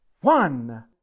one